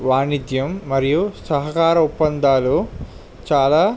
వాణిజ్యం మరియు సహకార ఒప్పందాలు చాలా